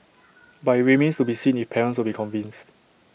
but IT remains to be seen if parents will be convinced